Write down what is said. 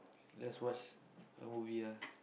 let's watch a movie ah